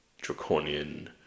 draconian